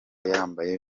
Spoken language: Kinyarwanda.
yambaye